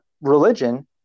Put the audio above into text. religion